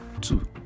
Two